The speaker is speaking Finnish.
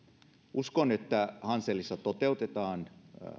uskon että hanselissa toteutetaan